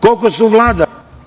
Koliko su vladali?